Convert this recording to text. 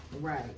Right